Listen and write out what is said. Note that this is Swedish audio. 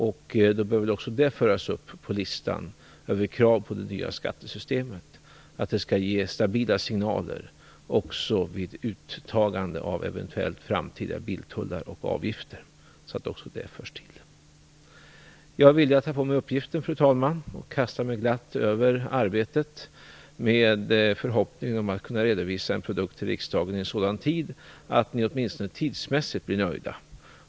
Då bör det väl också föras upp på listan över krav på det nya skattesystemet att det skall ge stabila signaler också vid uttagande av eventuella framtida biltullar och avgifter. Jag är villig att ta på mig uppgiften, fru talman. Jag kastar mig glatt över arbetet, med förhoppningen att kunna redovisa en produkt för riksdagen i sådan tid att ni åtminstone tidsmässigt blir nöjda.